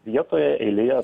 vietoje eilėje